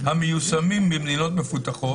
"המיושמים במדינות מפותחות",